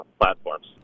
platforms